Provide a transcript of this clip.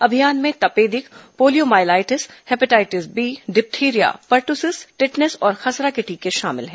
अभियान में तपेदिक poliomyelitis hepatitis B diphtheria pertussis tetanus और खसरा के टीके शामिल हैं